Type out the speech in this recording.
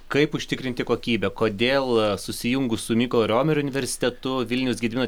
kaip užtikrinti kokybę kodėl susijungus su mykolo riomerio universitetu vilniaus gedimino